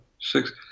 six